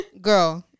Girl